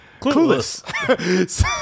clueless